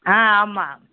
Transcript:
ஆ ஆமாம்